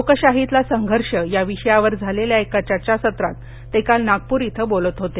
लोकशाहीतला संघर्ष या विषयावर झालेल्या एका चर्चासत्रात ते काल नागपूर इथं बोलत होते